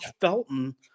Felton